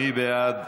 מי בעד?